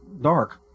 dark